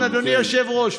אדוני היושב-ראש,